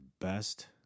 best